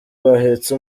bahetse